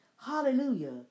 Hallelujah